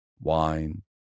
wine